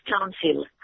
council